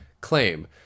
claim